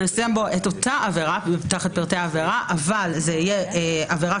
נשים בו את אותה עבירה תחת פרטי העבירה אבל זה יהיה עבירה